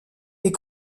est